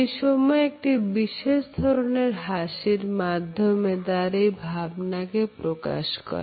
সেই সময় একটি বিশেষ ধরনের হাসির মাধ্যমে তার এই ভাবনাকে প্রকাশ করে